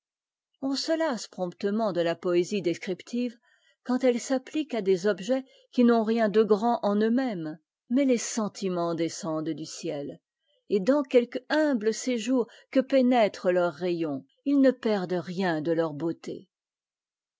on se lasse promptement de la poésie descriptive quand elle s'applique à des objets qui n'ont rien de grand en eux-mêmes mais les sentiments descendent du ciel et dans quelque humble séjour que pénètrent leurs rayons ils ne perdent rien de leur beauté